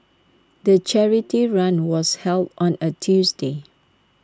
the charity run was held on A Tuesday